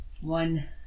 one